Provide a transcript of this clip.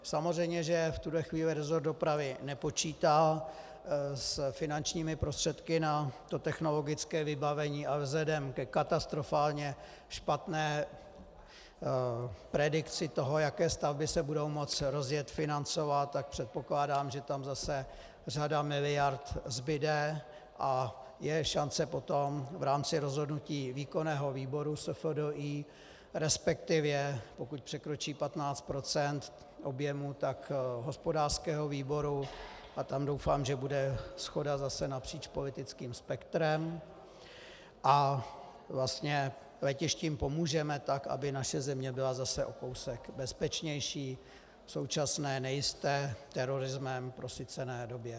Samozřejmě, že v tuto chvíli resort dopravy nepočítá s finančními prostředky na technologické vybavení, ale vzhledem ke katastrofálně špatné predikci toho, jaké stavby se budou moci rozjet, financovat, tak předpokládám, že tam zase řada miliard zbude a je šance potom v rámci rozhodnutí výkonného výboru SFDI, resp. pokud překročí 15 % objemu tak hospodářského výboru, a tam doufám, že bude shoda zase napříč politickým spektrem a vlastně letištím pomůžeme, tak aby naše země byla zase o kousek bezpečnější v současné nejisté, terorismem prosycené době.